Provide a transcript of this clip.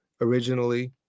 originally